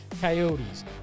Coyotes